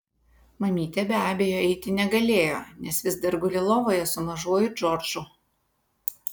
mamytė be abejo eiti negalėjo nes vis dar guli lovoje su mažuoju džordžu